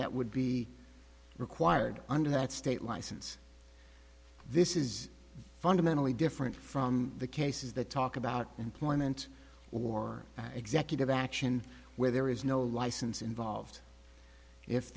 that would be required under that state license this is fundamentally different from the cases that talk about employment or executive action where there is no license involved if